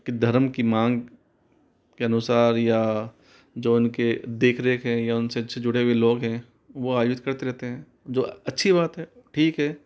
धर्म की मांग के अनुसार या जो उनके देख रेख हैं या उनसे अच्छे जुड़े हुए लोग है वो आयोजित करते रहते हैं जो अच्छी बात है ठीक है